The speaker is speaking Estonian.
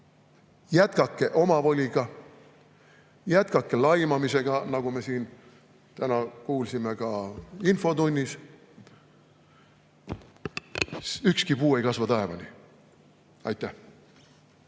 jätkake omavoli! Jätkake laimamist, nagu me siin täna kuulsime ka infotunnis! Ükski puu ei kasva taevani. Aitäh!